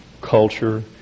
culture